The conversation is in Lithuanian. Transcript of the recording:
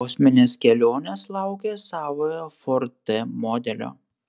kosminės kelionės laukia savojo ford t modelio